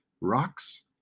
rocks